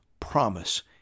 promise